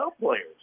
players